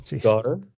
Daughter